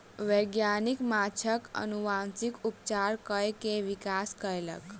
वैज्ञानिक माँछक अनुवांशिक उपचार कय के विकास कयलक